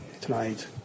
tonight